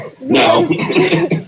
No